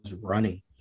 running